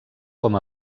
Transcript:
com